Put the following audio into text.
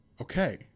okay